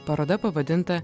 paroda pavadinta